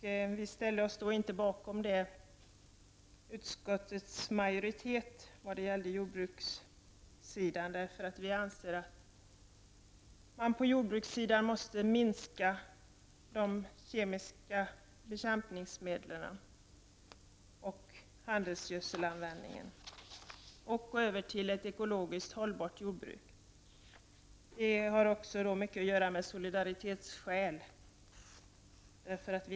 Vi ställde oss inte bakom utskottsmajoritetens förslag, då vi ansåg att man inom jordbruket måste minska användningen av kemiska bekämpningsmedel och handelsgödselanvändningen. I stället bör man av inte minst solidaritetsskäl övergå till ett ekonomiskt hållbart jordbruk.